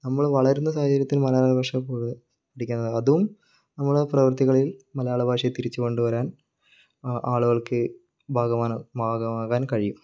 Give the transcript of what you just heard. നമ്മൾ വളരുന്ന സാഹചര്യത്തിൽ മലയാളഭാഷ കൂടുതൽ പഠിക്കാൻ അതും നമ്മുടെ പ്രവർത്തികളിൽ മലയാളഭാഷയെ തിരിച്ചു കൊണ്ടുവരാൻ ആ ആളുകൾക്ക് ഭാഗമാകാൻ കഴിയും